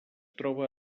troba